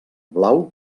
blau